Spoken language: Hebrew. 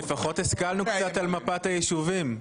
לפחות השכלנו קצת על מפת היישובים.